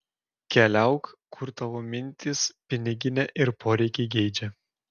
keliauk kur tavo mintys piniginė ir poreikiai geidžia